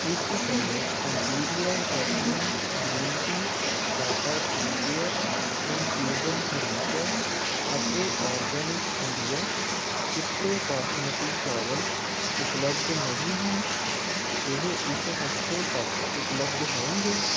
ਇਸ ਸਮੇਂ Imperia jasmine green tea Tata tea care infusion ਹਰੀ ਚਾਹ ਅਤੇ ਆਰਗੈਨਿਕ ਇੰਡੀਆ ਚਿੱਟੇ ਬਾਸਮਤੀ ਚਾਵਲ ਉਪਲੱਬਧ ਨਹੀਂ ਹਨ ਇਹ ਇਸ ਹਫ਼ਤੇ ਤੱਕ ਉਪਲੱਬਧ ਹੋਣਗੇ